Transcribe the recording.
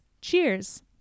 cheers